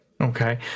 Okay